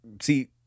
see